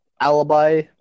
alibi